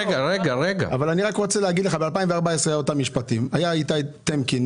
היה איתי טמקין,